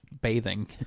bathing